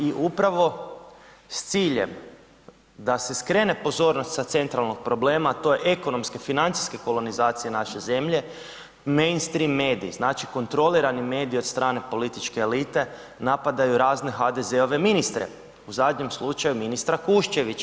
I upravo s ciljem da se skrene pozornost sa centralnog problema a to je ekonomske, financijske kolonizacije naše zemlje mainstream mediji, znači kontrolirani mediji od strane političke elite napadaju razne HDZ-ove ministre, u zadnjem slučaju ministra Kuščevića.